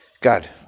God